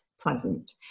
pleasant